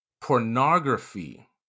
pornography